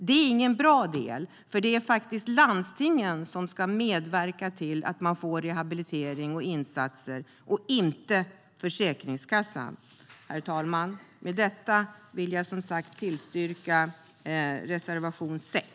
Det är inte bra, för det är landstingen som ska medverka till att man får rehabilitering och insatser, inte Försäkringskassan. Herr talman! Med det vill jag yrka bifall till reservation 6.